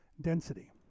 density